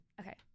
Okay